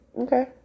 Okay